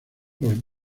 los